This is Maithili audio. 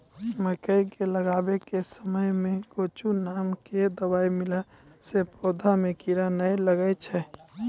मकई के लगाबै के समय मे गोचु नाम के दवाई मिलैला से पौधा मे कीड़ा नैय लागै छै?